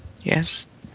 yes